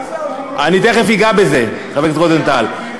אני תכף אגע בזה, חבר הכנסת רוזנטל.